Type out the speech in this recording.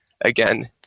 again